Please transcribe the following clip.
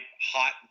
hot